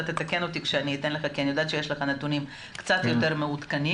אתה תתקן אותי אחר כך כי אני יודעת שיש לך נתונים קצת יותר מעודכנים